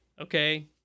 okay